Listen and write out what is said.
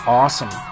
awesome